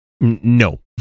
No